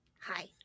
Hi